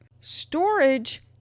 Storage